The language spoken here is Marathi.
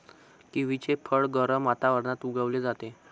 किवीचे फळ गरम वातावरणात उगवले जाते